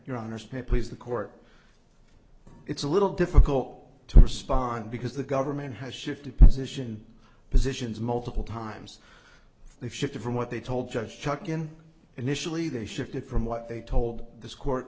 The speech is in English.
spam please the court it's a little difficult to respond because the government has shifted position positions multiple times they've shifted from what they told judge chuck in initially they shifted from what they told this court